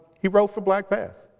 he wrote for blackpast.